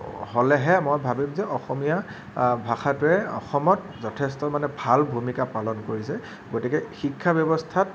হ'লেহে মই ভাবিম যে অসমীয়া ভাষাটোৱে অসমত যথেষ্ট মানে ভাল ভূমিকা পালন কৰিছে গতিকে শিক্ষা ব্যৱস্থাত